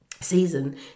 season